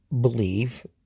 believe